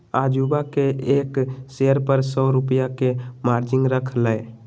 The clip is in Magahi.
राजूवा ने एक शेयर पर सौ रुपया के मार्जिन रख लय